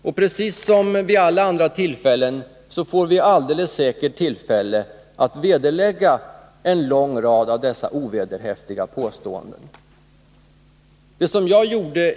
Liksom vid alla andra tillfällen får vi säkert anledning att återkomma till och vederlägga en lång rad av dessa ovederhäftiga påståenden.